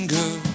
girl